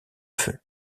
feu